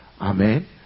Amen